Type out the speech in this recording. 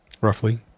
roughly